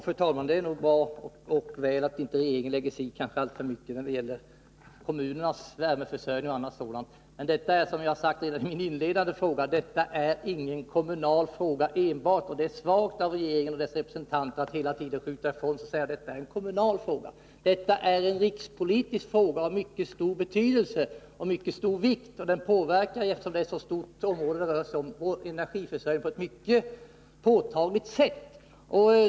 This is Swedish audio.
Fru talman! Det är nog bra att regeringen inte lägger sig i för mycket när det gäller kommunernas värmeförsörjning, men detta är, som jag redan har framhållit, inte enbart en kommunal fråga. Det är svagt av regeringen och dess representanter att hela tiden skjuta ifrån sig problemet och säga att detta är en kommunal fråga. Det är en rikspolitisk fråga av mycket stor betydelse. Eftersom det rör sig om ett så stort område påverkar den vår energiförsörjning på ett mycket påtagligt sätt.